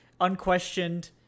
Unquestioned